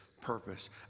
purpose